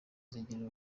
zigira